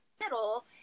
middle